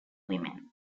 women